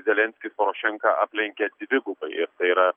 zelenskis porošenką aplenkė dvigubai ir tai yra